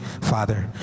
Father